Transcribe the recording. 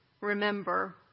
remember